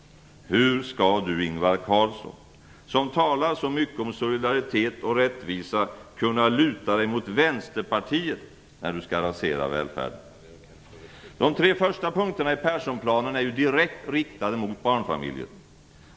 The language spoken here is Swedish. Hur skall Ingvar Carlsson, som talar så mycket om solidaritet och rättvisa, kunna luta sig mot Vänsterpartiet när han skall rasera välfärden? De tre första punkterna i Perssonplanen är ju direkt riktade mot barnfamiljer.